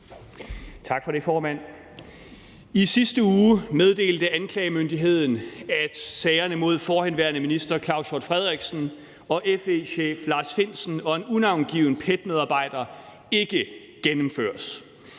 Tak for det, formand. I sidste uge meddelte anklagemyndigheden, at sagerne mod forhenværende minister Claus Hjort Frederiksen, FE-chef Lars Findsen og en unavngiven PET-medarbejder ikke gennemføres.